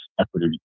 equity